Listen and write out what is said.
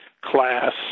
class